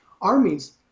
Armies